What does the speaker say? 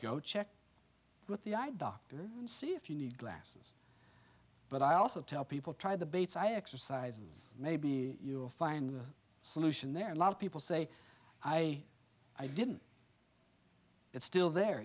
go check with the i doctored and see if you need glasses but i also tell people try the bates i exercises maybe you will find the solution there are a lot of people say i i didn't it's still there